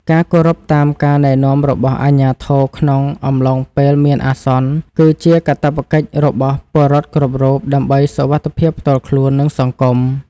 ការគោរពតាមការណែនាំរបស់អាជ្ញាធរក្នុងអំឡុងពេលមានអាសន្ន គឺជាកាតព្វកិច្ចរបស់ពលរដ្ឋគ្រប់រូបដើម្បីសុវត្ថិភាពផ្ទាល់ខ្លួន និងសង្គម។